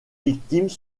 victimes